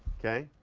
okay?